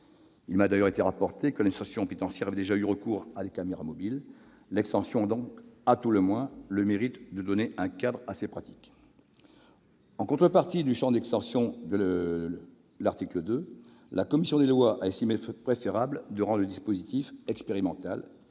Il m'a d'ailleurs été rapporté que l'administration pénitentiaire avait déjà recours à des caméras mobiles. L'extension a donc, à tout le moins, le mérite de donner un cadre à ces pratiques ! En contrepartie de cette extension du champ de l'article 2, la commission des lois a estimé préférable de rendre le dispositif expérimental